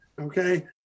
Okay